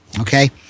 Okay